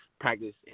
practice